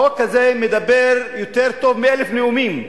החוק הזה מדבר יותר טוב מאלף נאומים,